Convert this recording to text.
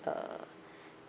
uh